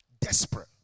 Desperate